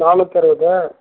நானூற்றி அறுபது